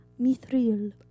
Mithril